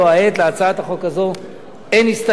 להצעת החוק הזו אין הסתייגויות,